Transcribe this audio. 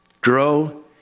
Grow